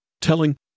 telling